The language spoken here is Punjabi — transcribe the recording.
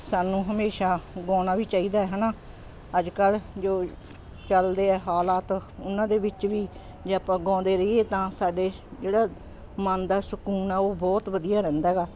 ਸਾਨੂੰ ਹਮੇਸ਼ਾ ਗਾਉਣਾ ਵੀ ਚਾਹੀਦਾ ਹੈ ਨਾ ਅੱਜ ਕੱਲ੍ਹ ਜੋ ਚੱਲਦੇ ਆ ਹਾਲਾਤ ਉਹਨਾਂ ਦੇ ਵਿੱਚ ਵੀ ਜੇ ਆਪਾਂ ਗਾਉਂਦੇ ਰਹੀਏ ਤਾਂ ਸਾਡੇ ਜਿਹੜਾ ਮਨ ਦਾ ਸਕੂਨ ਆ ਉਹ ਬਹੁਤ ਵਧੀਆ ਰਹਿੰਦਾ ਗਾ